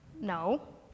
No